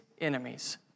enemies